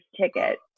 ticket